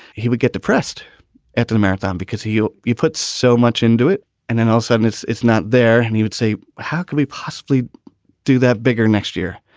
he would get depressed after the marathon because he you you put so much into it and then all sadness, it's not there. and he would say, how could we possibly do that bigger next year?